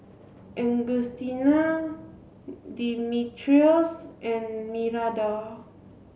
Augustina Dimitrios and Miranda